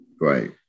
Right